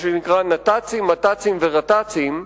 מה שנקרא: נת"צים, מת"צים ורת"צים,